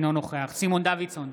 אינו נוכח סימון דוידסון,